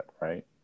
right